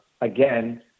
again